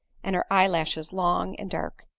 and her eye lashes long and dark.